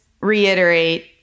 reiterate